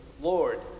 Lord